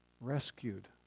rescued